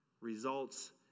results